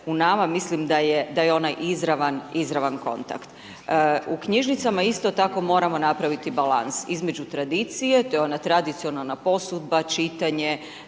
u nama, mislim da je onaj izravan izravan kontakt. U knjižnicama isto tako moramo napraviti balans, između tradicije, to je ona tradicionalna posudba, čitanje,